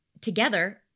together